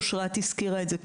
אושרת הזכירה את זה קודם,